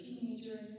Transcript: teenager